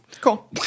Cool